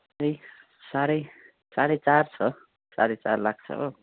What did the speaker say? यस्तै साह्रै साढे चार छ साढे चार लाख छ हो